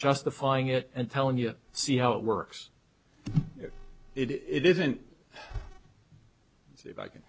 justifying it and telling you see how it works it isn't